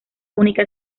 única